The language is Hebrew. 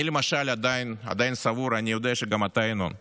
אני למשל עדיין סבור, ואני יודע שגם אתה, ינון,